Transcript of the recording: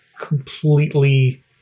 completely